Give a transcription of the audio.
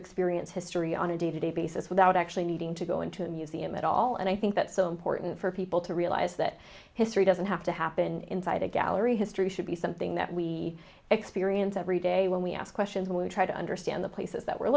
experience history on a day to day basis without actually needing to go into a museum at all and i think that's important for people to realize that history doesn't have to happen inside a gallery history should be something that we experience every day when we ask questions and we try to understand the places that we're